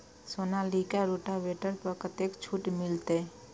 Sonalika rotavator पर कतेक छूट मिलते?